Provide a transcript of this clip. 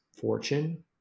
fortune